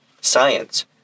science